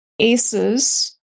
Aces